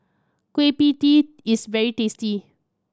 Kueh Pie Tee is very tasty